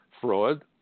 fraud